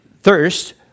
thirst